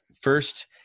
First